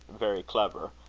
very clever,